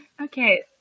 Okay